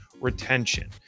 retention